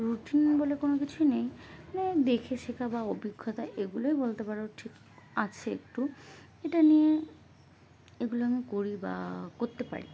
routine বলে কোনো কিছু নেই মানে দেখে শেখা বা অভিজ্ঞতা এগুলোই বলতে পারো ঠিক আছে একটু এটা নিয়ে এগুলো আমি করি বা করতে পারি